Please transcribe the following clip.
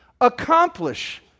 accomplish